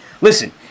listen